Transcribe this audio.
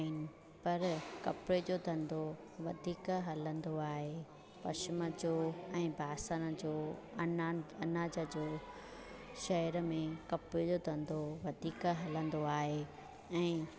आहिनि पर कपिड़े जो धंधो वधीक हलंदो आहे पशिम जो ऐं बासण जो अनाज अनाज जो शहर में कपे जो धंधो वधीक हलंदो आहे ऐं